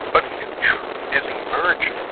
a new truth is emerging